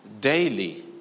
daily